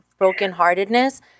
brokenheartedness